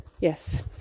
yes